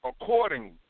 accordingly